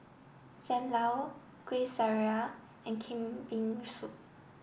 Sam Lau Kueh Syara and Kambing Soup